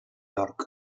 york